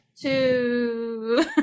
Two